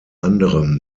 anderem